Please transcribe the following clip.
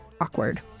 awkward